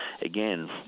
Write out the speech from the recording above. again